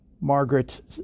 Margaret